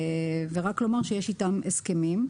רק לומר שיש איתם הסכמים.